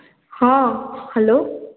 ହଁ ହ୍ୟାଲୋ